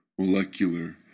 molecular